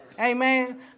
Amen